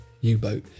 U-boat